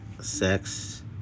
sex